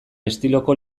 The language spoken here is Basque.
estiloko